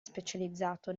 specializzato